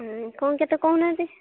କ'ଣ କେତେ କହୁ ନାହାନ୍ତି